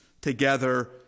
together